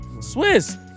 Swiss